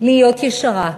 להיות ישרה,